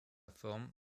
forme